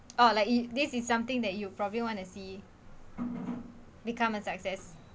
oh like it this is something that you probably want to see become a success